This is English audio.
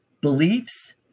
beliefs